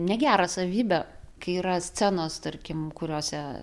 negerą savybę kai yra scenos tarkim kuriose